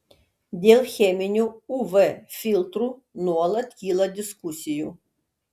dėl cheminių uv filtrų nuolat kyla diskusijų